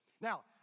Now